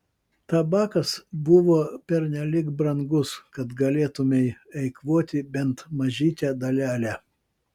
tabakas buvo pernelyg brangus kad galėtumei eikvoti bent mažytę dalelę